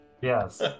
yes